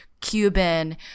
Cuban